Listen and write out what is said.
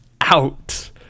out